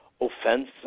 offense